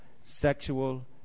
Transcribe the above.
sexual